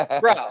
bro